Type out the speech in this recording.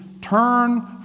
Turn